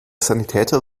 sanitäter